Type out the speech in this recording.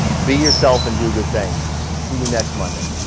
be yourself and do good things. see you next monday.